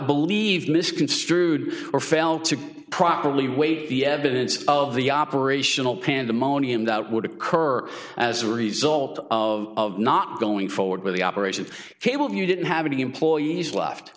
believe misconstrued or failed to properly weighed the evidence of the operational pandemonium that would occur as a result of of not going forward with the operation of cable you didn't have any employees left